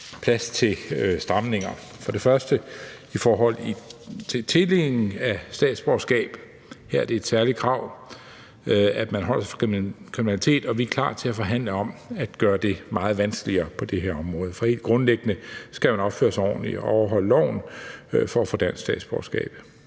plads til stramninger. Det første er i forhold til tildelingen af statsborgerskab. Her er det et særligt krav, at man holder sig fra kriminalitet, og vi er klar til at forhandle om at gøre det meget vanskeligere på det her område, for helt grundlæggende skal man opføre sig ordentligt og overholde loven for at få dansk statsborgerskab.